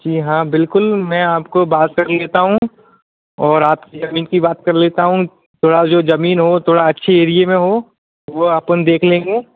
जी हाँ बिल्कुल मैं आपको बात कर लेता हूँ और आपकी जमीन की बात कर लेता हूँ थोड़ा जो जमीन हो थोड़ा अच्छे एरिए में हो वो अपन देख लेंगे